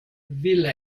vile